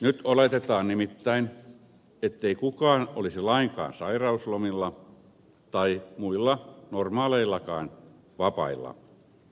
nyt oletetaan nimittäin ettei kukaan olisi lainkaan sairauslomilla tai muilla normaaleillakaan vapailla